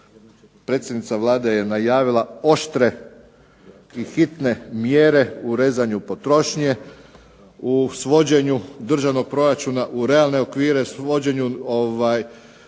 predsjednica Vlade je najavila oštre i hitne mjere u rezanju potrošnje, u svođenju državnog proračuna u realne okvire, svođenju